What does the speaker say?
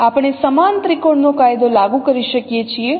આપણે સમાન ત્રિકોણ નો કાયદો લાગુ કરી શકીએ છીએ